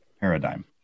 paradigm